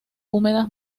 húmedas